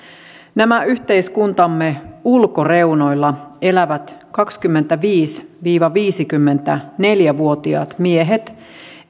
nämä yhteiskuntamme ulkoreunoilla elävät kaksikymmentäviisi viiva viisikymmentäneljä vuotiaat miehet